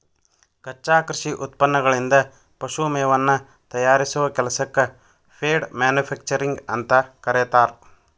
ಕಚ್ಚಾ ಕೃಷಿ ಉತ್ಪನ್ನಗಳಿಂದ ಪಶು ಮೇವನ್ನ ತಯಾರಿಸೋ ಕೆಲಸಕ್ಕ ಫೇಡ್ ಮ್ಯಾನುಫ್ಯಾಕ್ಚರಿಂಗ್ ಅಂತ ಕರೇತಾರ